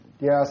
Yes